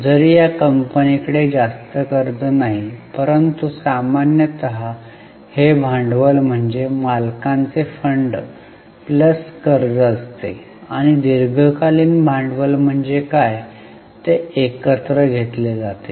जरी या कंपनी कडे जास्त कर्ज नाही परंतु सामान्यत हे भांडवल म्हणजे मालकांचे फंड प्लस कर्ज असते आणि दीर्घकालीन भांडवल म्हणजे काय ते एकत्र घेतले जाते